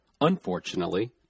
Unfortunately